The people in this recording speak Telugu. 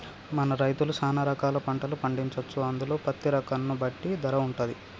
మన రైతులు సాన రకాల పంటలు పండించొచ్చు అందులో పత్తి రకం ను బట్టి ధర వుంటది